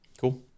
Cool